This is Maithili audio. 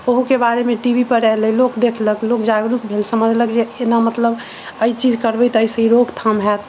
ओहो के बारे मे टी वी पर आयल लोक देखलक लोक जागरूक भेल समझलक जे एना मतलब अय चीज करबै तऽ एहिसे ई रोकथाम होयत तऽ